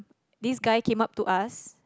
this guy came up to us